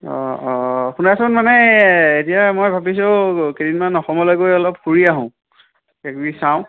অঁ অঁ শুনাচোন মানে এতিয়া মই ভাবিছোঁ কেইদিনমান অসমলৈ গৈ অলপ ফুৰি আহো কিবাকিবি চাওঁ